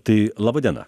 tai laba diena